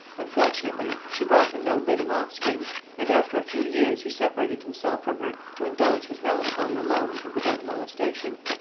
unfortunately, she brought him no living offspring and after a few years he separated himself from her to indulge his melancholy alone and without molestation.